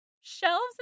shelves